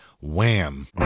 Wham